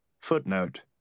Footnote